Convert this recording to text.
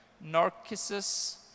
Narcissus